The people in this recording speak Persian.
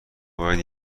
باید